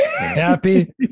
Happy